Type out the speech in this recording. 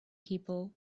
people